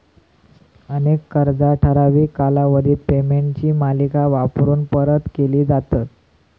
अनेक कर्जा ठराविक कालावधीत पेमेंटची मालिका वापरून परत केली जातत